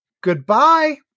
Goodbye